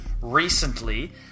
recently